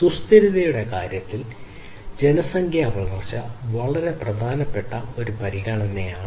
സുസ്ഥിരതയുടെ കാര്യത്തിൽ ജനസംഖ്യാ വളർച്ച വളരെ പ്രധാനപ്പെട്ട ഒരു പരിഗണനയാണ്